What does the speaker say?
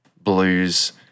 blues